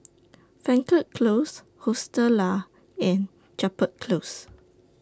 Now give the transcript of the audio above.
Frankel Close Hostel Lah and Chapel Close